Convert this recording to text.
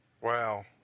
Wow